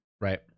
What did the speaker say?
Right